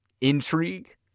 intrigue